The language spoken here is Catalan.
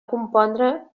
compondre